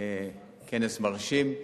כנס מרשים,